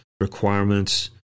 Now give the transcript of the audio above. requirements